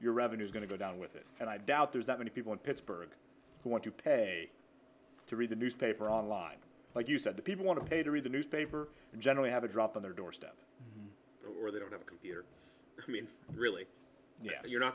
your revenue is going to go down with it and i doubt there's that many people in pittsburgh who want to pay to read the newspaper online like you said the people want to pay to read the newspaper and generally have a drop on their doorstep or they don't have a computer and really you're not